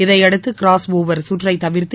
இதையடுத்து கிராஸ்டிவர் சுற்றை தவிர்த்து